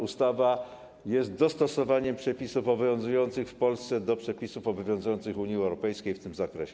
Ustawa jest dostosowaniem przepisów obowiązujących w Polsce do przepisów obowiązujących w Unii Europejskiej w tym zakresie.